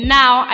now